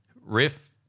riff